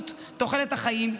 תוחלת החיים,